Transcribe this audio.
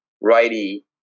righty